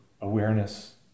awareness